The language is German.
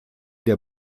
der